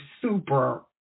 super